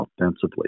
offensively